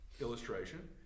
illustration